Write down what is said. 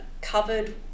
covered